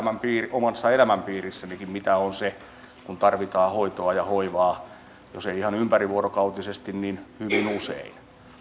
omassa elämänpiirissänikin mitä on kun tarvitaan hoitoa ja hoivaa jos ei ihan ympärivuorokautisesti niin hyvin usein